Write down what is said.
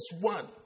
one